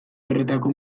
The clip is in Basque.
horretako